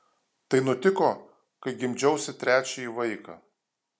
tai nutiko kai gimdžiausi trečiąjį vaiką